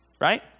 right